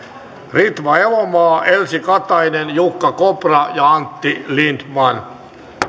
ritva elomaa elsi katainen jukka kopra ja antti lindtman